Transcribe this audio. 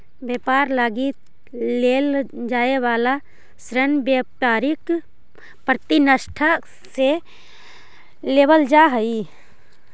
व्यापार लगी लेल जाए वाला ऋण व्यापारिक प्रतिष्ठान से लेवल जा हई